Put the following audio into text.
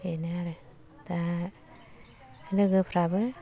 बेनो आरो दा लोगोफ्राबो